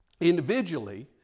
individually